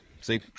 See